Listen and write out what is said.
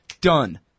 Done